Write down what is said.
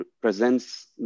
presents